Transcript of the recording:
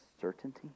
certainty